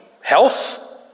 health